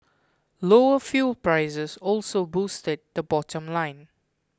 lower fuel prices also boosted the bottom line